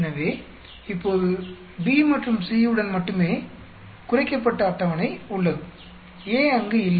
எனவே இப்போது B மற்றும் C உடன் மட்டுமே குறைக்கப்பட்ட அட்டவணை உள்ளது A அங்கு இல்லை